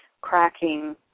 cracking